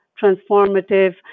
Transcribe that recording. transformative